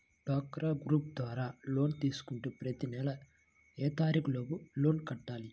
డ్వాక్రా గ్రూప్ ద్వారా లోన్ తీసుకుంటే ప్రతి నెల ఏ తారీకు లోపు లోన్ కట్టాలి?